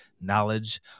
knowledge